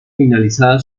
finalizada